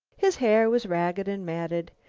his hair was ragged and matted.